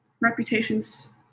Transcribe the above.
reputations